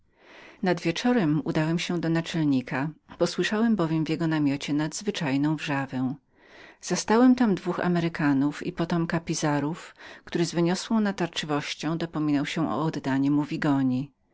nad wieczorem udałem się do naczelnika posłyszałem bowiem w jego namiocie nadzwyczajną wrzawę zastałem tam dwóch amerykanów i potomka pizarrów który z gwałtowną natarczywością dopominał się o oddanie mu